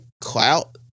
clout